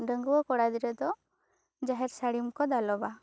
ᱰᱟᱹᱜᱩᱭᱟᱹ ᱠᱚᱲᱟ ᱜᱤᱫᱽᱨᱟᱹ ᱫᱚ ᱡᱟᱦᱮᱨ ᱥᱟᱹᱲᱤᱢ ᱠᱚ ᱫᱟᱞᱚᱵᱟ